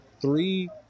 three